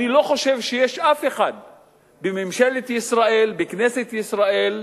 אני לא חושב שיש מישהו בממשלת ישראל, בכנסת ישראל,